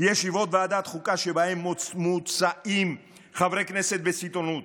לישיבות ועדת החוקה שבהן מוצאים חברי כנסת בסיטונות,